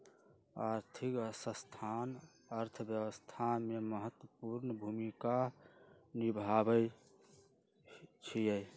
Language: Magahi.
आर्थिक संस्थान अर्थव्यवस्था में महत्वपूर्ण भूमिका निमाहबइ छइ